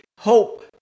hope